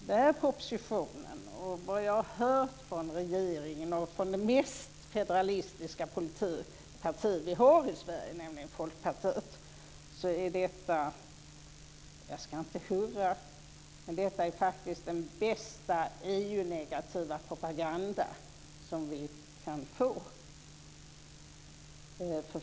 Den här propositionen och det jag har hört från regeringen och från det mest federalistiska parti vi har i Sverige, nämligen Folkpartiet, är - jag ska inte hurra - den bästa EU negativa propaganda som vi kan få.